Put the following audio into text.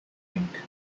rink